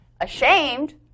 ashamed